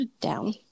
down